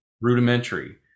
rudimentary